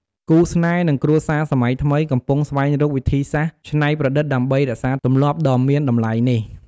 គូស្នេហ៍ និងគ្រួសារសម័យថ្មី កំពុងស្វែងរកវិធីសាស្រ្តច្នៃប្រឌិតដើម្បីរក្សាទម្លាប់ដ៏មានតម្លៃនេះ។